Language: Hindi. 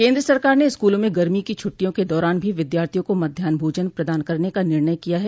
केन्द्र सरकार ने स्कूलों में गर्मी की छुट्टियों के दारान भी विद्यार्थियों को मध्याहन भोजन प्रदान करने का निर्णय किया है